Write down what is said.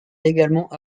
également